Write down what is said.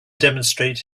demonstrate